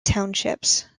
townships